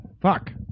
fuck